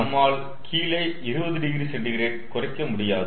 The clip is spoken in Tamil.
நம்மால் கீழே 20oC குறைக்க முடியாது